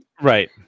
Right